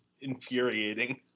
infuriating